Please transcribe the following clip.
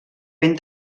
ben